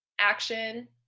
action